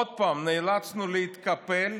עוד פעם נאלצנו להתקפל,